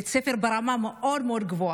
בית ספר ברמה מאוד מאוד גבוהה.